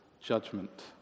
judgment